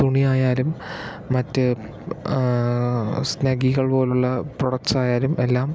തുണിയായാലും മറ്റ് സ്നഗ്ഗികൾ പോലുള്ള പ്രൊഡക്റ്റ്സ് ആയാലും എല്ലാം